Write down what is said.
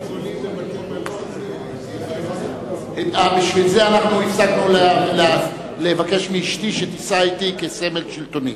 בשביל זה אנחנו הפסקנו לבקש מאשתי שתיסע אתי כסמל שלטוני.